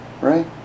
right